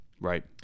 Right